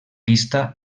pista